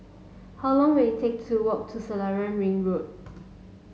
how long will it take to walk to Selarang Ring Road